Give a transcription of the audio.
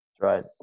Right